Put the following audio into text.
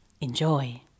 Enjoy